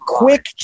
quick